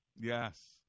Yes